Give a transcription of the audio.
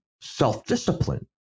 self-discipline